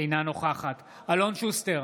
אינה נוכחת אלון שוסטר,